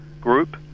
group